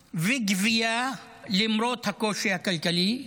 וגבייה, למרות הקושי הכלכלי,